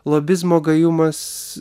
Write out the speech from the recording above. lobizmo gajumas